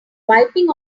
wiping